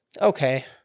okay